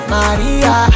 Maria